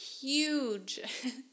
huge